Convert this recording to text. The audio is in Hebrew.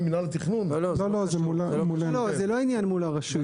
זה לא עניין מול הרשויות.